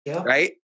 right